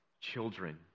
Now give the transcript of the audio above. children